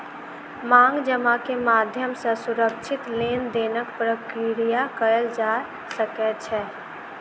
मांग जमा के माध्यम सॅ सुरक्षित लेन देनक प्रक्रिया कयल जा सकै छै